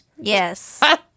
Yes